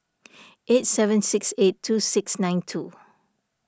eight seven six eight two six nine two